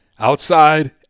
Outside